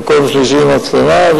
במקום שלישי מצלמה,